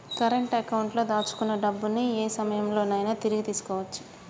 current అకౌంట్లో దాచుకున్న డబ్బుని యే సమయంలోనైనా తిరిగి తీసుకోవచ్చు